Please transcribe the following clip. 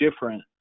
different